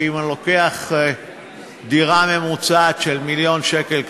ואם אני לוקח דירה ממוצעת של מיליון שקלים,